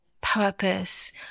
purpose